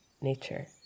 nature